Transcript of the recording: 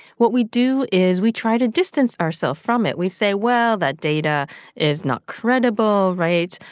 what we do is we try to distance ourselves from it. we say, well, that data is not credible, right?